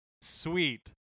sweet